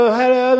hello